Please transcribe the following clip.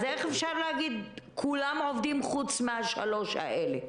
אז איך אפשר להגיד שכולם עובדים חוץ מהשלוש האלה?